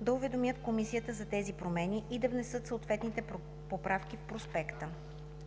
да уведомят комисията за тези промени и да внесат съответните поправки в проспекта.